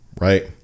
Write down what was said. right